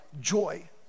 joy